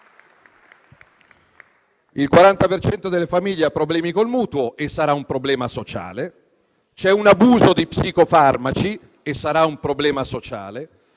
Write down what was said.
cento delle famiglie ha problemi con il mutuo, e sarà un problema sociale. C'è un abuso di psicofarmaci, e sarà un problema sociale.